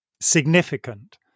significant